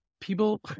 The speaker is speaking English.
people